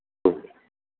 ಹ್ಞೂ